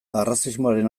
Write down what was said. arrazismoaren